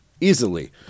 easily